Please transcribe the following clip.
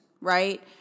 Right